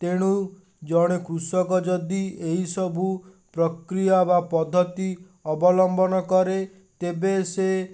ତେଣୁ ଜଣେ କୃଷକ ଯଦି ଏଇସବୁ ପ୍ରକ୍ରିୟା ବା ପଦ୍ଧତି ଅବଲମ୍ବନ କରେ ତେବେ ସେ